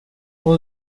what